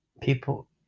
people